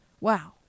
wow